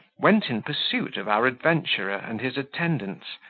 went in pursuit of our adventurer and his attendants,